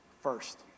first